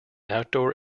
outdoor